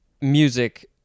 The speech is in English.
music